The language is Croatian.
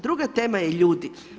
Druga tema je ljudi.